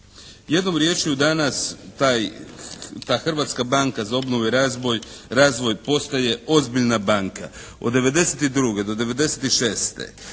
Jednom riječju danas ta, ta Hrvatska banka za obnovu i razvoj postaje ozbiljna banka. Od 1992. do 1996.